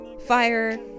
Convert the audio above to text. fire